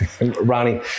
Ronnie